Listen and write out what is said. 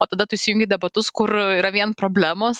o tada tu įsijungi debatus kur yra vien problemos